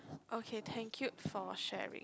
okay thank you for sharing